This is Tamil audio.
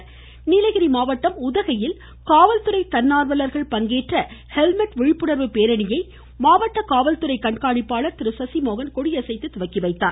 நீலகிரி சாலை நீலகிரி மாவட்டம் உதகையில் காவல்துறை தன்னார்வலர்கள் பங்கேற்ற ஹெல்மெட் விழிப்புணர்வு பேரணியை மாவட்ட காவல்துறை கண்காணிப்பாளர் திரு சசிமோகன் கொடியசைத்து இன்று தொடங்கி வைத்தார்